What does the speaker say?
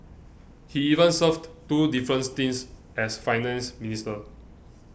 he even served two different stints as Finance Minister